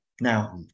Now